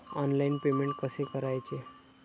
Online payment कसे करायचे?